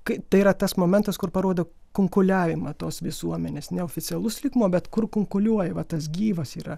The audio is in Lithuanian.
kai tai yra tas momentas kur parodo kunkuliavimą tos visuomenės neoficialus lygmuo bet kur kunkuliuoja va tas gyvas yra